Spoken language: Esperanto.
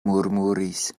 murmuris